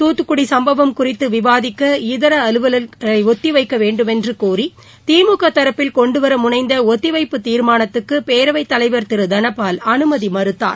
தூத்துக்குடி சம்பவம் குறித்து விவாதிக்க இதர அலுவல்களை ஒத்தி வைக்க வேண்டுமென்று கோரி திமுக தரப்பில் கொண்டுவர முனைந்த ஒத்தி வைப்பு தீர்மானத்துக்கு பேரவைத் தலைவர் திரு தனபால் அனுமதி மறுத்தார்